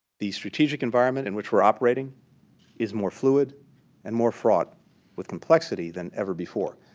the strategic environment in which we're operating is more fluid and more fraught with complexity than ever before.